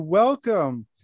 Welcome